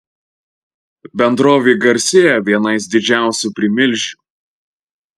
bendrovė garsėja vienais didžiausių primilžių